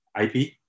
IP